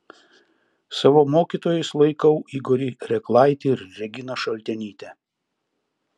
savo mokytojais laikau igorį reklaitį ir reginą šaltenytę